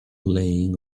laying